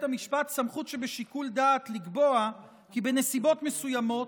המשפט סמכות שבשיקול דעת לקבוע כי בנסיבות מסוימות,